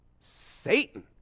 Satan